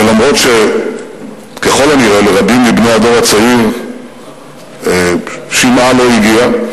ולמרות שככל הנראה לרבים מבני הדור הצעיר שמעה לא הגיע,